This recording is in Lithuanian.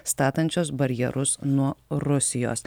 statančios barjerus nuo rusijos